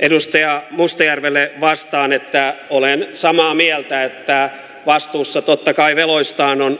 edustaja mustajärvelle vastaan että olen samaa mieltä että vastuussa totta kai veloistaan on